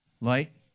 Light